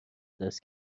دست